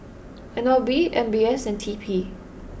N L B M B S and T P